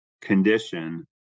condition